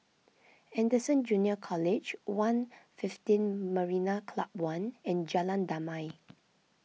Anderson Junior College one fifteen Marina Club one and Jalan Damai